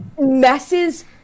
messes